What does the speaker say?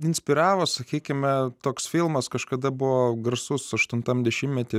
inspiravo sakykime toks filmas kažkada buvo garsus aštuntam dešimtmety